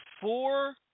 four